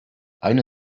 aynı